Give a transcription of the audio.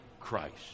Christ